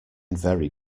very